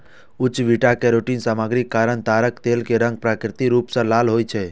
उच्च beta carotene सामग्रीक कारण ताड़क तेल के रंग प्राकृतिक रूप सं लाल होइ छै